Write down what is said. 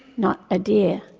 not a deer.